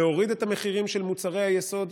להוריד את המחירים של מוצרי היסוד,